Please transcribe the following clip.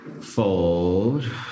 Fold